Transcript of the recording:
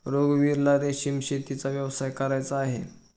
रघुवीरला रेशीम शेतीचा व्यवसाय करायचा आहे